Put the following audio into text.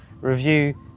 review